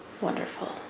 Wonderful